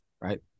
right